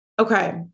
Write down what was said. Okay